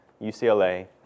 UCLA